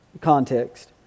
context